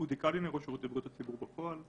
ראש שירות לבריאות הציבור בפועל.